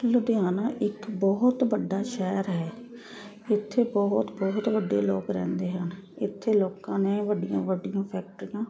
ਲੁਧਿਆਣਾ ਇੱਕ ਬਹੁਤ ਵੱਡਾ ਸ਼ਹਿਰ ਹੈ ਇੱਥੇ ਬਹੁਤ ਬਹੁਤ ਵੱਡੇ ਲੋਕ ਰਹਿੰਦੇ ਹਨ ਇੱਥੇ ਲੋਕਾਂ ਨੇ ਵੱਡੀਆਂ ਵੱਡੀਆਂ ਫੈਕਟਰੀਆਂ